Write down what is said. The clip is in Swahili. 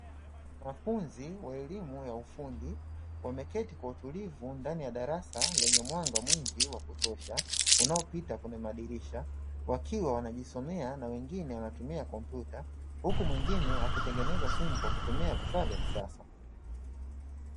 Wanafunzi wa elimu ya ufundi, wameketi kwa utulivu ndani ya darasa lenye mwanga mwingi wa kutosha unaopita kwenye madirisha, wakiwa wanajisomea na wengine wanatumia kompyuta, huku mwengine akitengeneza simu kwa kutumia vifaa vya kisasa.